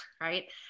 right